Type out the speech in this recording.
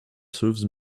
serves